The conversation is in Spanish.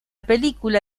película